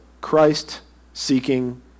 Christ-seeking